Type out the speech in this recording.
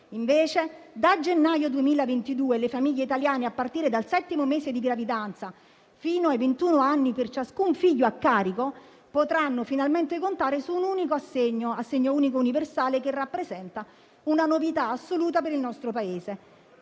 Da gennaio 2022, invece, le famiglie italiane, a partire dal settimo mese di gravidanza fino ai ventuno anni per ciascun figlio a carico, potranno finalmente contare su un assegno unico e universale che rappresenta una novità assoluta per il nostro Paese.